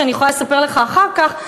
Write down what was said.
שאני יכולה לספר לך אחר כך,